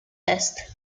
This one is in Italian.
est